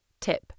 Tip